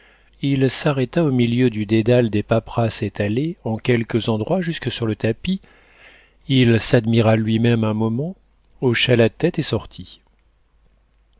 il s'arrêta au milieu du dédale des paperasses étalées en quelques endroits jusque sur le tapis il s'admira lui-même un moment hocha la tête et sortit